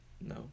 No